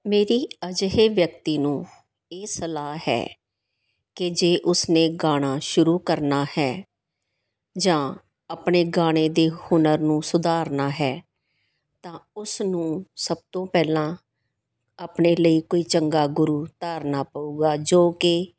ਮੇਰੀ ਅਜਿਹੇ ਵਿਅਕਤੀ ਨੂੰ ਇਹ ਸਲਾਹ ਹੈ ਕਿ ਜੇ ਉਸਨੇ ਗਾਣਾ ਸ਼ੁਰੂ ਕਰਨਾ ਹੈ ਜਾਂ ਆਪਣੇ ਗਾਣੇ ਦੇ ਹੁਨਰ ਨੂੰ ਸੁਧਾਰਨਾ ਹੈ ਤਾਂ ਉਸਨੂੰ ਸਭ ਤੋਂ ਪਹਿਲਾਂ ਆਪਣੇ ਲਈ ਕੋਈ ਚੰਗਾ ਗੁਰੂ ਧਾਰਨਾ ਪਵੇਗਾ ਜੋ ਕਿ